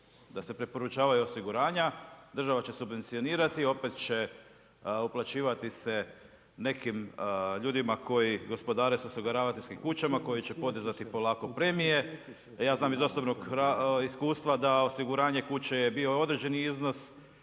Da se preporučavaju osiguranja, država će subvencionirati i opet će uplaćivati se nekim ljudima koji gospodare sa osiguravateljskim kućama koji će podizati polako premije. A ja znam iz osobnog iskustva da osiguranje kuće je bio i određeni iznos,